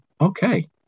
Okay